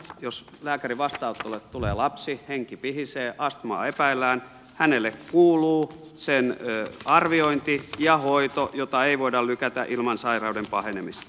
jos lääkärin vastaanotolle tulee lapsi henki pihisee astmaa epäillään hänelle kuuluu sen arviointi ja hoito jota ei voida lykätä ilman sairauden pahenemista